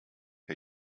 der